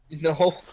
no